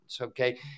okay